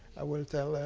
i will tell